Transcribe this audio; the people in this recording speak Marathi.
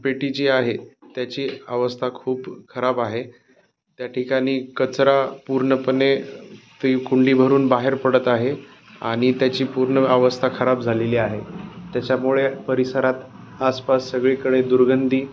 पेटी जी आहे त्याची अवस्था खूप खराब आहे त्या ठिकाणी कचरा पूर्णपणे तीकुंडी भरून बाहेर पडत आहे आणि त्याची पूर्ण अवस्था खराब झालेली आहे त्याच्यामुळे परिसरात आसपास सगळीकडे दुर्गंधी